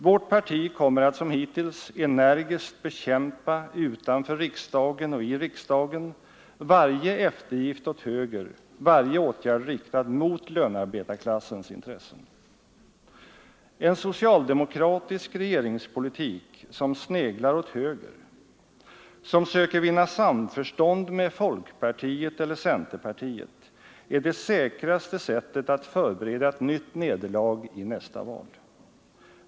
Vårt parti kommer att som hittills energiskt bekämpa, utanför riksdagen och i riksdagen, varje eftergift åt höger, varje åtgärd riktad mot lönarbetarklassens intressen. En socialdemokratisk regeringspolitik som sneglar åt höger, som söker vinna samförstånd med folkpartiet eller centerpartiet, är det säkraste sättet att förbereda ett nytt nederlag i nästa val.